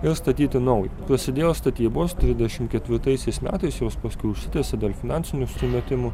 ir statyti naują prasidėjo statybos trisdešimt ketvirtaisiais metais jos paskiau užsitęsė dėl finansinių sumetimų